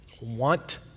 want